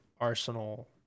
Arsenal